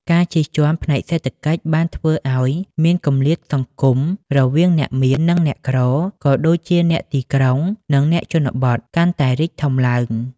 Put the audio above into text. ការជិះជាន់ផ្នែកសេដ្ឋកិច្ចបានធ្វើឱ្យ មានគម្លាតសង្គម រវាងអ្នកមាន និងអ្នកក្រ ក៏ដូចជាអ្នកទីក្រុង និងអ្នកជនបទ កាន់តែរីកធំឡើង។